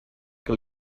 que